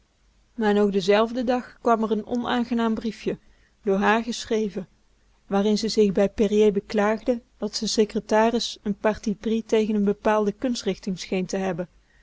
maar nog denzelfden dag kwam r n onaangenaam briefje door hààr geschreven waarin ze zich bij périer beklaagde dat z'n secretaris n parti pris tegen n bepaalde kunstrichting scheen te hebben